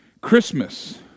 Christmas